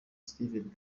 steven